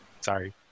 Sorry